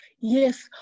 Yes